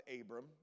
Abram